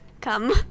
Come